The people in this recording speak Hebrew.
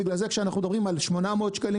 בגלל זה כשאנחנו מדברים על 800 שקלים